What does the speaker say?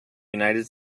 united